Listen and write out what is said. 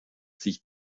sich